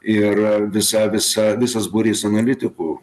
ir visa visa visas būrys analitikų